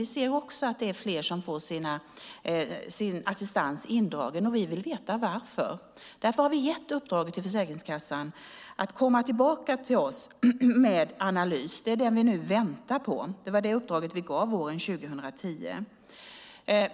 Vi ser att det är fler som får sin assistans indragen, och vi vill veta varför. Därför har vi gett uppdraget till Försäkringskassan att komma tillbaka till oss med en analys. Det är den vi nu väntar på, det var det uppdraget vi gav våren 2010.